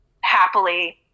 happily